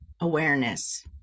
awareness